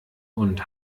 und